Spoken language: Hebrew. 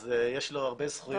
אז יש לו הרבה זכויות.